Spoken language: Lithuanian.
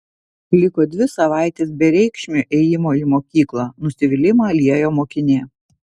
liko dvi savaitės bereikšmio ėjimo į mokyklą nusivylimą liejo mokinė